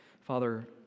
Father